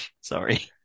Sorry